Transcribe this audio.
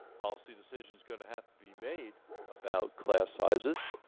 policy decision is going to have to be made about class sizes